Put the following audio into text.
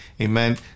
Amen